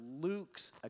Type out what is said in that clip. Luke's